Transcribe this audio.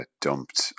dumped